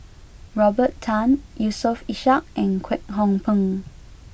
Robert Tan Yusof Ishak and Kwek Hong Png